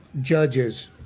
judges